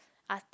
arty